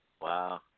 Wow